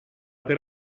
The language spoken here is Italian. per